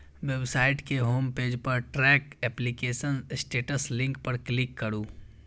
website के home page पर track application status link पर क्लिक करू